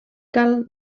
cal